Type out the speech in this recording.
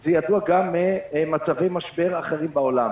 זה ידוע גם ממצבי משבר אחרים בעולם.